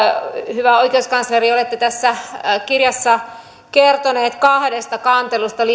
hyvä oikeuskansleri olette tässä kirjassa kertonut kahdesta kantelusta liittyen